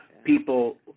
people